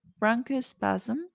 bronchospasm